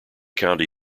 county